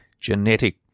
genetic